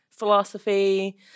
philosophy